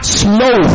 slow